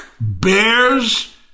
bears